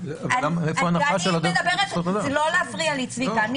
יותר מעשרים שנה אני